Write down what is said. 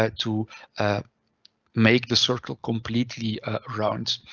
ah to ah make the circle completely round.